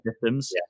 systems